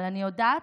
אבל אני יודעת